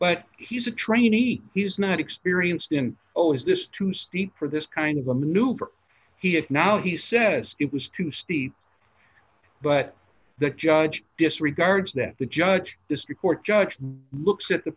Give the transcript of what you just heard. but he's a trainee he's not experienced in oh is this too steep for this kind of a maneuver he had now he says it was too steep but the judge disregards that the judge district court judge looks at the